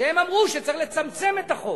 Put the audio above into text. שאמרו שצריך לצמצם את החוק.